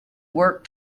worked